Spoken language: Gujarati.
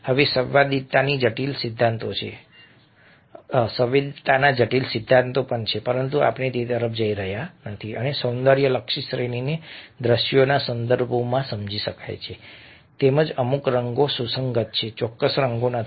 હવે સંવાદિતાના જટિલ સિદ્ધાંતો છે પરંતુ આપણે તે તરફ જઈ રહ્યા નથી અને સૌંદર્યલક્ષી શ્રેણીને દ્રશ્યોના સંદર્ભમાં સમજી શકાય છે તેમજ અમુક રંગો સુસંગત છે ચોક્કસ રંગો નથી